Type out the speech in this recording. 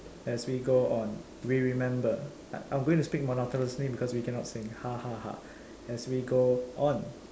as we go on we remember I I'm going to speak monotonously because we can not sing ha ha ha as we go on